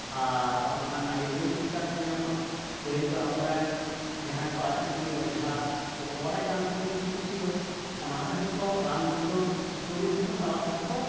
ᱟᱨ ᱵᱟᱝᱠᱷᱟᱱ ᱟᱭᱩᱨᱵᱮᱫᱤᱠ ᱞᱮᱠᱟ ᱛᱮᱦᱚᱸ ᱧᱟᱢᱚᱜᱼᱟ ᱯᱟᱹᱦᱤᱞ ᱫᱚ ᱟᱵᱚ ᱨᱮᱱ ᱡᱟᱦᱟᱸᱭ ᱠᱚ ᱟᱹᱪᱩᱫᱤᱭᱟᱹ ᱚᱡᱷᱟ ᱠᱚᱠᱚ ᱵᱟᱲᱟᱭ ᱠᱟᱱ ᱛᱟᱦᱮᱱᱟ ᱠᱤᱪᱷᱩ ᱠᱤᱪᱷᱩ ᱫᱚ ᱚᱱᱟ ᱛᱮᱦᱚᱸ ᱠᱚ ᱨᱟᱱᱼᱢᱩᱨᱜᱟᱹᱱ ᱥᱤᱠᱚᱲᱮᱛ ᱛᱟᱞᱟ ᱛᱮᱦᱚᱸ ᱠᱚ